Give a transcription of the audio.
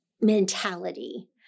mentality